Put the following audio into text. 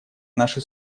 наши